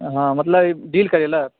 हॅं मतलब डील करै लए